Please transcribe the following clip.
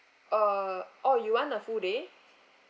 uh oh you want a full day